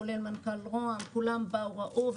כולל מנכ"ל משרד ראש הממשלה כולם באו וראו,